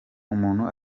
umuntu